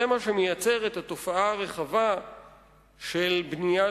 זה מה שמייצר את התופעה הרחבה של בנייה